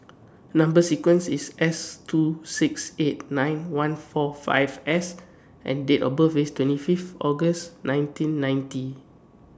Number sequence IS S two six eight nine one four five S and Date of birth IS twenty Fifth August nineteen ninety